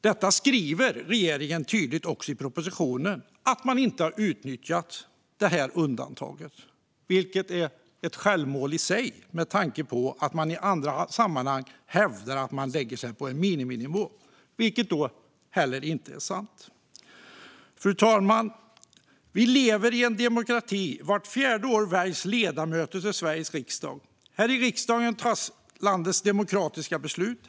Regeringen skriver tydligt i propositionen att man inte har utnyttjat det undantaget, vilket är ett självmål i sig med tanke på att man i andra sammanhang hävdar att man lägger sig på en miniminivå. Det är inte heller sant. Fru talman! Vi lever i en demokrati. Vart fjärde år väljs ledamöter till Sveriges riksdag. Här i riksdagen tas landets demokratiska beslut.